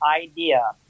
idea